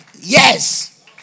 Yes